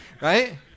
right